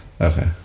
Okay